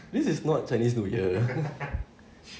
this is not chinese new year